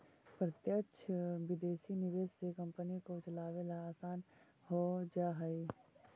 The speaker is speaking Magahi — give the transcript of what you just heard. प्रत्यक्ष विदेशी निवेश से कंपनी को चलावे ला आसान हो जा हई